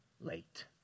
late